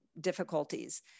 difficulties